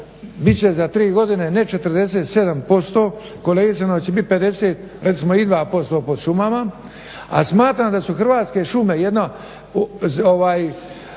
će za tri godine ne 47% kolegice nego će biti 52% pod šumama. A smatram da su hrvatske šume jedna